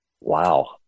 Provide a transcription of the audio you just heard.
Wow